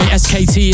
skt